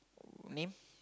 name